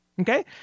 okay